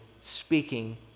speaking